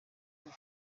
ngo